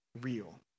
real